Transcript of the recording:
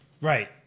right